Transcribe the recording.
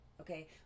okay